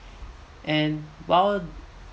and while